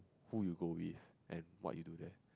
who you go with and what you do there